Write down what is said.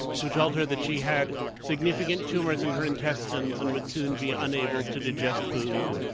who told her that she had significant tumors in her intestines and would soon be unable to digest food.